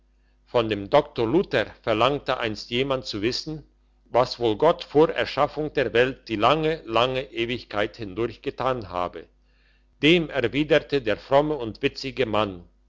von dem doktor luther verlangte einst jemand zu wissen was wohl gott vor erschaffung der welt die lange lange ewigkeit hindurch getan habe dem erwiderte der fromme und witzige mann